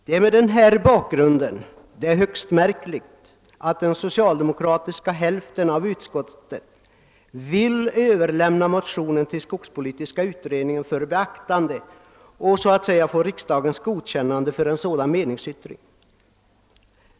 Det är mot denna bakgrund högst märkligt att den socialdemokratiska hälften av utskottet vill överlämna motionen till skogspolitiska utredningen för beaktande och önskar få riksdagens godkännande av en sådan meningsyttring.